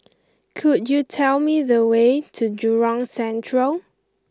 could you tell me the way to Jurong Central